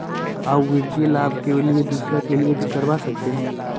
आ वित्तीय लाभ के लिए दूसरे के लिए भी करवा सकते हैं?